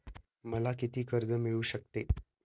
मला किती कर्ज मिळू शकते?